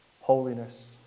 holiness